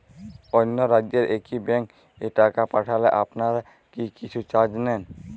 অন্য রাজ্যের একি ব্যাংক এ টাকা পাঠালে আপনারা কী কিছু চার্জ নেন?